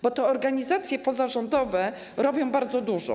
Bo to organizacje pozarządowe robią bardzo dużo.